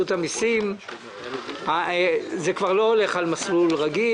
המסים: זה כבר לא הולך על מסלול רגיל.